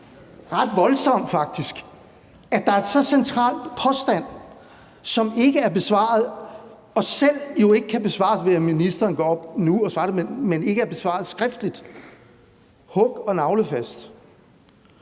ret voldsomt, altså at der er en så central påstand, som ikke er besvaret, og som jo ikke kan besvares ved, at ministeren går op nu og svarer, og som ikke er besvaret skriftligt hug- og nagelfast.